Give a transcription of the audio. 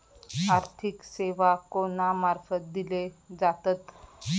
आर्थिक सेवा कोणा मार्फत दिले जातत?